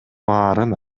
баарын